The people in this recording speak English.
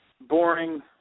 Boring